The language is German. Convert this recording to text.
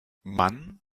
mann